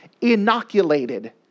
inoculated